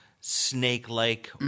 snake-like